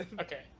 Okay